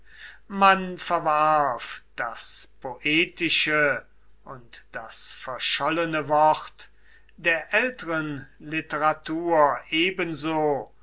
man verwarf das poetische und das verschollene wort der älteren literatur ebenso